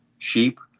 sheep